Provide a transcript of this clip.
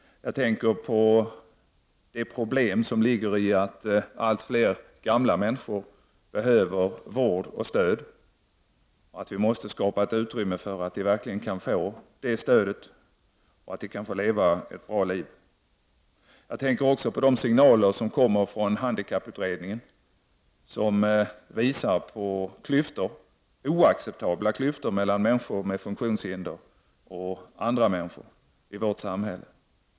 Jag tänker på att allt fler gamla människor behöver vård och stöd och på att vi måste skapa ett utrymme för att verkligen kunna ge det stödet, så att de kan få leva ett bra liv. Jag tänker också på de signaler som kommer från handikapputredningen om oacceptabla klyftor mellan människor med funktionshinder och andra människor i vårt samhälle.